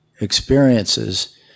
experiences